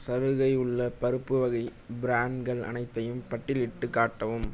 சலுகை உள்ள பருப்பு வகை பிராண்ட்கள் அனைத்தையும் பட்டியலிட்டுக் காட்டவும்